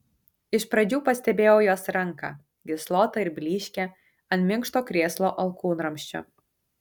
iš pradžių pastebėjau jos ranką gyslotą ir blyškią ant minkšto krėslo alkūnramsčio